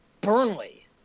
Burnley